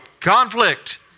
Conflict